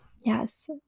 yes